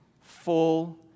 Full